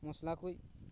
ᱢᱚᱥᱞᱟ ᱠᱩᱡ